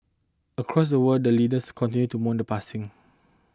across the world leaders continued to mourn the passing